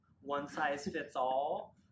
one-size-fits-all